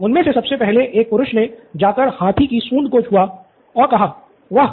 उनमें से सबसे पहले एक पुरुष ने जाकर हाथी की सूंड को छुआ और कहा वाह